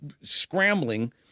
scrambling